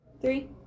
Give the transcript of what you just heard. Three